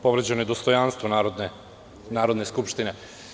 Povređeno je dostojanstvo Narodne skupštine.